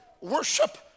worship